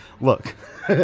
Look